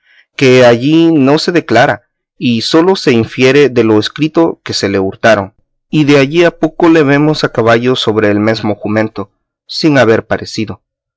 que allí no se declara y sólo se infiere de lo escrito que se le hurtaron y de allí a poco le vemos a caballo sobre el mesmo jumento sin haber parecido